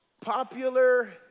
popular